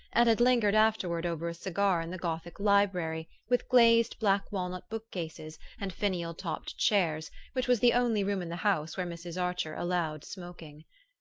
and had lingered afterward over a cigar in the gothic library with glazed black-walnut bookcases and finial-topped chairs which was the only room in the house where mrs. archer allowed smoking.